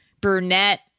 brunette